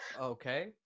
Okay